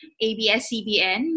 ABS-CBN